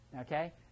okay